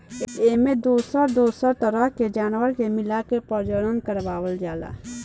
एमें दोसर दोसर तरह के जानवर के मिलाके प्रजनन करवावल जाला